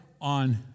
on